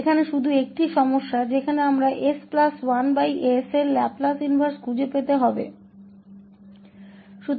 यहाँ बस एक समस्या है जहाँ हम s1s का लाप्लास प्रतिलोम पाएंगे